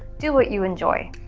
do what you enjoy!